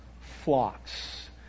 flocks